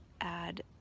add